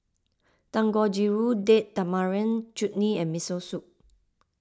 Dangojiru Date Tamarind Chutney and Miso Soup